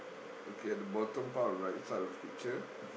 okay at the bottom part right side of the picture